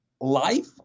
Life